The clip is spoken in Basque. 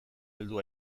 heldu